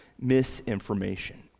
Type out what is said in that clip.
misinformation